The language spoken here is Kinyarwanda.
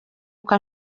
uko